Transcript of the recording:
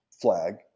FLAG